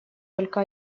только